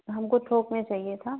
हमको थोक मे चाहिए था